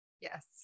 Yes